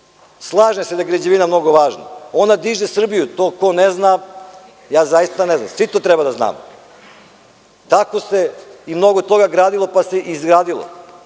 se da je građevina mnogo važna. Ona diže Srbiju. To ko ne zna, ja zaista ne znam, svi to treba da znamo. Tako se i mnogo toga gradilo pa se i izgradilo.